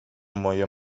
moje